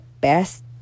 best